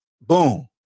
Boom